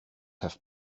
have